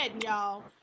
y'all